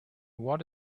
what